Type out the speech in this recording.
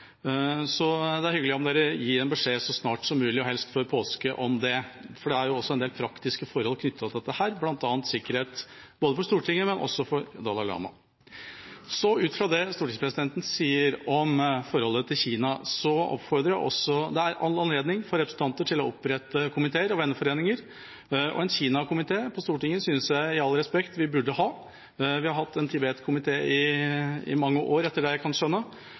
så det er hyggelig om dere gir beskjed så snart som mulig, og helst før påske, om det. For det er jo også en del praktiske forhold knyttet til dette, bl.a. sikkerhet, både for Stortinget og for Dalai Lama. Så, når det gjelder det stortingspresidenten sier om forholdet til Kina: Det er all anledning for representanter til å opprette komiteer og venneforeninger, og en Kina-komité på Stortinget synes jeg med all respekt vi burde ha. Vi har hatt en Tibet-komité i mange år, etter det jeg